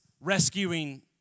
rescuing